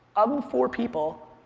of the four people,